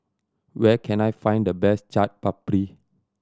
where can I find the best Chaat Papri